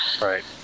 Right